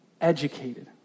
educated